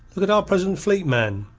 look at our present fleet, man.